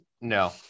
no